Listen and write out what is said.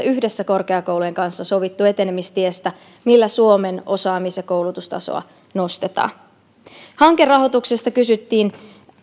yhdessä korkeakoulujen kanssa sovittu etenemistiestä millä suomen osaamis ja koulutustasoa nostetaan hankerahoituksesta kysyttiin